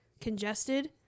congested